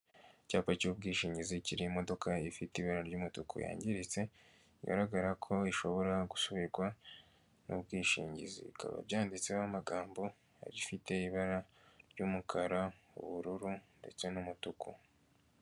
Icyapa cy'ubwishingizi kiriho imodoka ifite ibara ry'umutuku yangiritse, bigaragara ko ishobora gusubirwa n'ubwishingizi, bikaba byanditseho amagambo gifite ibara ry'umukara ubururu ndetse n'umutuku.